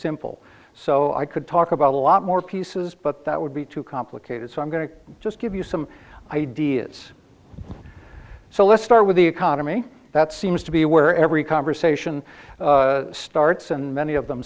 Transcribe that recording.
simple so i could talk about a lot more pieces but that would be too complicated so i'm going to just give you some ideas so let's start with the economy that seems to be where every conversation starts and many of them